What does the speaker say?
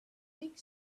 big